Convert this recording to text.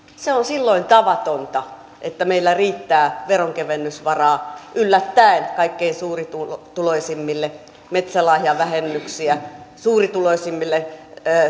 se on silloin tavatonta että meillä riittää veronkevennysvaraa yllättäen kaikkein suurituloisimmille metsälahjavähennyksiä suurituloisimmille